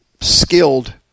skilled